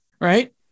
right